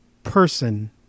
person